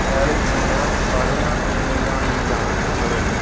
Eric ਦੀਆਂ ਸਾਰੀਆਂ ਈਮੇਲਾਂ ਦੀ ਜਾਂਚ ਕਰੋ